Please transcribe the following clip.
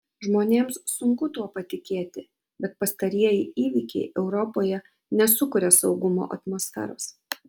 žmonėms sunku tuo patikėti bet pastarieji įvykiai europoje nesukuria saugumo atmosferos